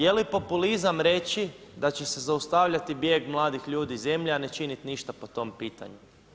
Jeli populizam reći da će se zaustavljati bijeg mladih ljudi iz zemlje, a ne činiti ništa po tom pitanju?